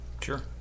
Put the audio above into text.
sure